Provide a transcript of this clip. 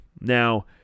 Now